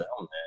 man